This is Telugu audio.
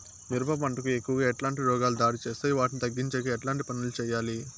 మిరప పంట కు ఎక్కువగా ఎట్లాంటి రోగాలు దాడి చేస్తాయి వాటిని తగ్గించేకి ఎట్లాంటి పనులు చెయ్యాలి?